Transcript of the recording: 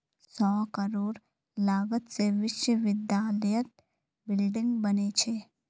सौ करोड़ लागत से विश्वविद्यालयत बिल्डिंग बने छे